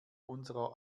unserer